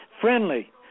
Friendly